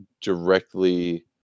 directly